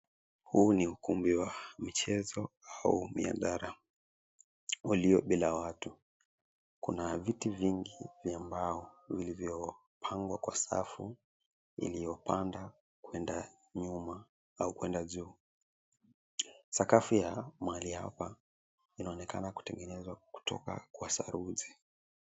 Huu ni ukumbi wa michezo au mihadhara ulio bila watu. Kuna viti vingi vya mbao vilivyopangwa kwa safu, iliyopanda kuenda nyuma au kuenda juu. Sakafu ya mahali hapa inaonekana kutengenezwa kutoka kwa saruji.